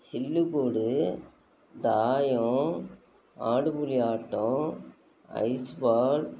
சில்லுக்கோடு தாயம் ஆடுபுலி ஆட்டம் ஐஸ் பால்